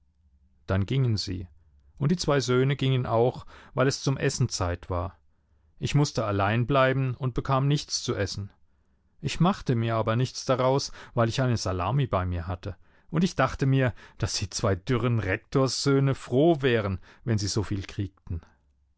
dann gingen sie und die zwei söhne gingen auch weil es zum essen zeit war ich mußte allein bleiben und bekam nichts zu essen ich machte mir aber nichts daraus weil ich eine salami bei mir hatte und ich dachte mir daß die zwei dürren rektorssöhne froh wären wenn sie so viel kriegten